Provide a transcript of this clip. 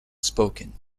spoken